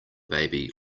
baby